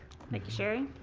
thank you, sherry.